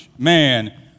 Man